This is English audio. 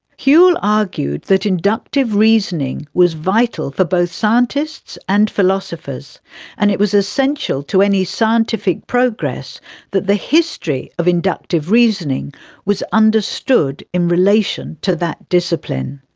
whewell argued that inductive reasoning was vital for both scientists and philosophers and it was essential to any scientific progress that the history of inductive reasoning was understood in relation to that discipline.